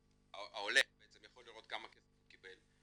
העולה יכול לראות כמה כסף הוא קיבל,